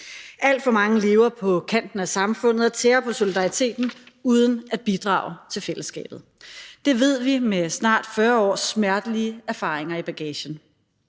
Alt for mange lever på kanten af samfundet og tærer på solidariteten uden at bidrage til fællesskabet. Det ved vi med snart 40 års smertelige erfaringer i bagagen.